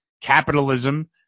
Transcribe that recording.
capitalism